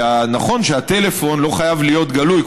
נכון שהטלפון לא חייב להיות גלוי.